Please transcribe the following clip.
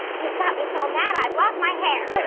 you've got me so mad, i've lost my hair!